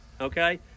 Okay